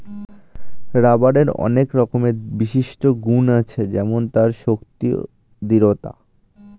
রাবারের অনেক রকমের বিশিষ্ট গুন্ আছে যেমন তার শক্তি, দৃঢ়তা